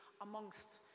amongst